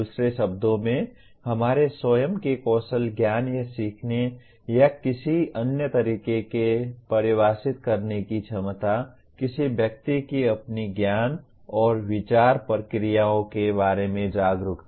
दूसरे शब्दों में हमारे स्वयं के कौशल ज्ञान या सीखने या किसी अन्य तरीके से परिभाषित करने की क्षमता किसी व्यक्ति की अपने ज्ञान और विचार प्रक्रियाओं के बारे में जागरूकता